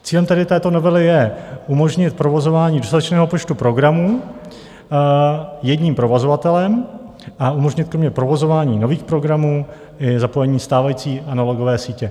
Cílem tedy této novely je umožnit provozování dostatečného počtu programů jedním provozovatelem a umožnit kromě provozování nových programů i zapojení stávající analogové sítě.